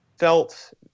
felt